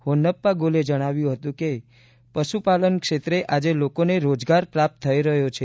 હોન્નપ્પાગોલે જણાવ્યું હતું કે પશુપાલન ક્ષેત્રે આજે લોકોને રોજગાર પ્રાપ્ત થઈ રહ્યો છે